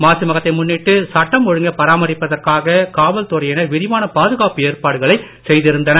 மாசி மகத்தை முன்னிட்டு சட்டம் ஒழுங்கை பராமரிப்பதற்காக காவல்துறையினர் விரிவான பாதுகாப்பு ஏற்பாடுகளை செய்திருந்தனர்